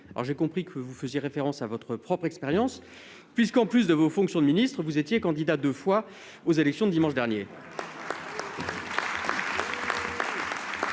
J'ai compris que vous faisiez référence à votre propre expérience, puisqu'en sus de vos fonctions de ministre vous étiez candidat deux fois aux élections de dimanche dernier